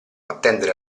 attendere